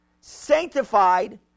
sanctified